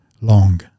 long